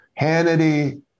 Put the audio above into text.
Hannity